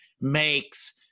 makes